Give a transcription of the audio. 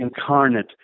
incarnate